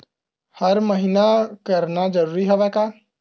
हर महीना करना जरूरी हवय का?